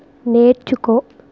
నేర్చుకో